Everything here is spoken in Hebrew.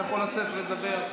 אתה יכול לצאת ולדבר,